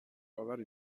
آوری